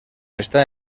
está